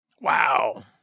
Wow